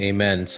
Amen